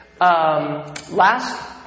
Last